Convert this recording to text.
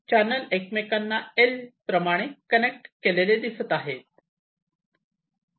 channel एकमेकांना L प्रमाणे connect केलेले दिसत आहेत